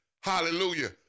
Hallelujah